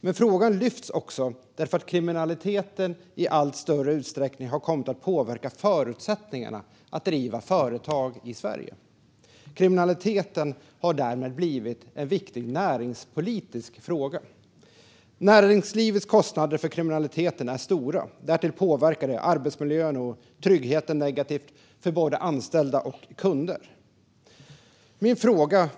Men frågan lyfts också fram därför att kriminaliteten i allt större utsträckning har kommit att påverka förutsättningarna för att driva företag i Sverige. Kriminaliteten har därmed blivit en viktig näringspolitisk fråga. Näringslivets kostnader för kriminaliteten är stora. Därtill påverkar den arbetsmiljön och tryggheten negativt för både anställda och kunder. Fru talman!